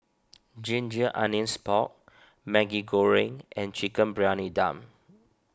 Ginger Onions Pork Maggi Goreng and Chicken Briyani Dum